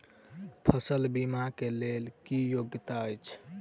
फसल बीमा केँ लेल की योग्यता अछि?